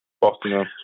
Boston